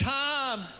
time